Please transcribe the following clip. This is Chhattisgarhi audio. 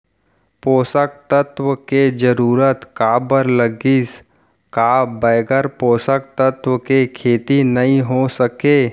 पोसक तत्व के जरूरत काबर लगिस, का बगैर पोसक तत्व के खेती नही हो सके?